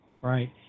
Right